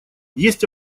есть